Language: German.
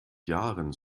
jahren